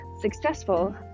successful